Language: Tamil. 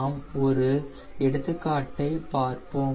நாம் ஒரு எடுத்துக்காட்டைப் பார்ப்போம்